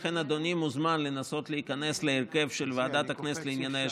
לכן אדוני מוזמן לנסות להיכנס להרכב של ועדת הכנסת לענייני השירות,